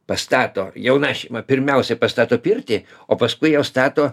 pastato jauna šeima pirmiausia pastato pirtį o paskui jau stato